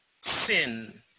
sin